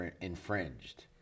infringed